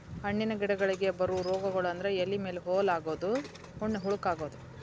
ಹಣ್ಣಿನ ಗಿಡಗಳಿಗೆ ಬರು ರೋಗಗಳು ಅಂದ್ರ ಎಲಿ ಮೇಲೆ ಹೋಲ ಆಗುದು, ಹಣ್ಣ ಹುಳಕ ಅಗುದು